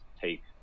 take